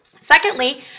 Secondly